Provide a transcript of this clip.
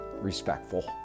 respectful